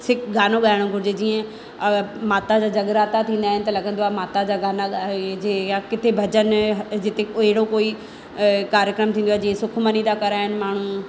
सिक गानो ॻाइनो घुरिजे जीअं माता जा जॻराता थींदा आहिनि त लॻंदो आहे माता जा गाना ॻाइजे या किथे भॼनु जिते अहिड़ो कोई कार्यक्रम थींदो आहे जीअं सुखमनी था कराइनि माण्हू